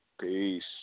Peace